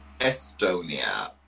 Estonia